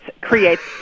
creates